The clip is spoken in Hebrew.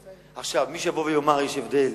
עכשיו, מי שיבוא ויאמר שיש הבדל